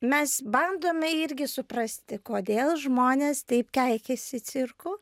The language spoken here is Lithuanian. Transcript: mes bandome irgi suprasti kodėl žmonės taip keikiasi cirku